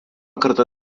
kartą